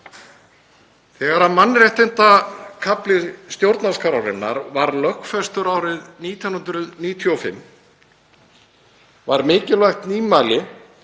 Þegar mannréttindakafli stjórnarskrárinnar var lögfestur árið 1995 var mikilvægt nýmæli